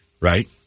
right